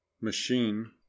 machine